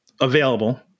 available